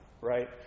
right